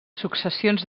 successions